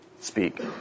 speak